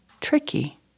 tricky